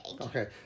Okay